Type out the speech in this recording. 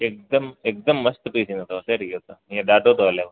हिकदमि हिकदमि मस्तु पीस ईंदो अथव ज़रीअ सां हींअर ॾाढो थो हलेव